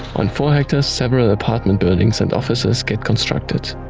on four hectares, several apartment buildings and offices get constructed.